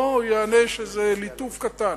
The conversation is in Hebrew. לא ייענש באיזה ליטוף קטן.